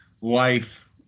life